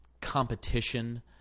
competition